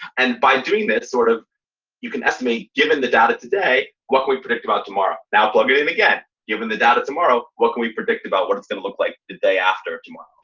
and by doing this, sort of you can estimate, given the data today, what we predict about tomorrow. now plug it in to get given the data tomorrow. what can we predict about what it's going to look like the day after tomorrow?